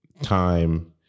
time